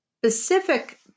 specific